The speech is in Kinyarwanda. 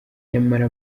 nyamara